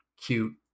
cute